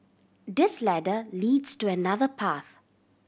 this ladder leads to another path